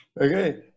Okay